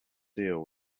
deal